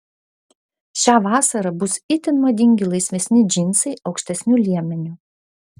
šią vasarą bus itin madingi laisvesni džinsai aukštesniu liemeniu